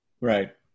Right